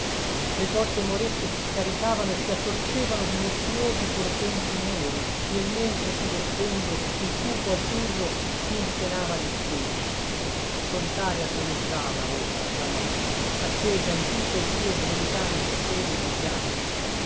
le porte moresche si caricavano e si attorcevano di mostruosi portenti neri nel mentre sullo sfondo il cupo azzurro si insenava di stelle solitaria troneggiava ora la notte accesa in tutto il suo brulicame di stelle e di fiamme